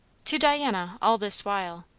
to diana, all this while,